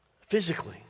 physically